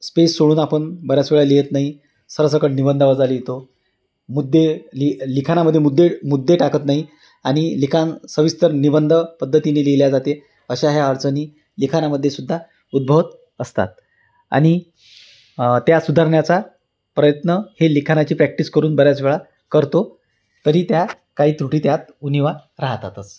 space सोडून आपण बऱ्याच वेळा लिहित नाही सरसकट निबंधवजा लिहितो मुद्दे लि लिखाणामध्ये मुद्दे मुद्दे टाकत नाही आणि लिखाण सविस्तर निबंध पद्धतीने लिहिले जाते अशा ह्या अडचणी लिखाणामध्ये सुद्धा उद्भवत असतात आणि त्या सुधारण्याचा प्रयत्न हे लिखाणाची प्रॅक्टिस करून बऱ्याच वेळा करतो तरी त्या काही त्रुटी त्यात उणिवा राहतातच